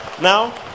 Now